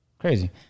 Crazy